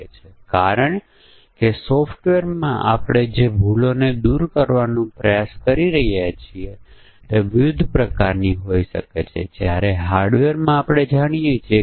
તેથી આપણે કારણ અસર ગ્રાફનો સીધો અનુવાદ કરી ને શરતો અને પછી સંબંધિત ક્રિયાઓ લખીએ છીએ